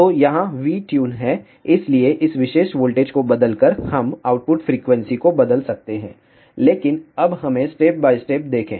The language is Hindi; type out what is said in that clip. तो यहां V ट्यून है इसलिए इस विशेष वोल्टेज को बदलकर हम आउटपुट फ्रीक्वेंसी को बदल सकते हैं लेकिन अब हमें स्टेप बाय स्टेप देखें